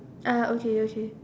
ah okay okay